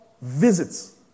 visits